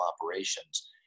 operations